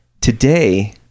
Today